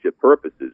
purposes